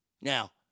Now